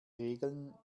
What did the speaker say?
regeln